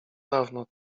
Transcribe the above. dawno